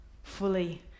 fully